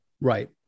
right